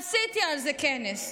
עשיתי על זה כנס.